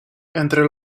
entre